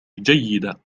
جيدة